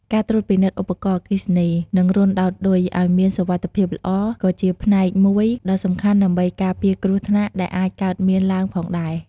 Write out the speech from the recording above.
ការត្រួតពិនិត្យឧបករណ៍អគ្គិសនី និងរន្ធដោតឌុយ ឲ្យមានសុវត្ថិភាពល្អ ក៏ជាផ្នែកមួយដ៏សំខាន់ដើម្បីការពារគ្រោះថ្នាក់ដែលអាចកើតមានឡើងផងដែរ។